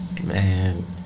man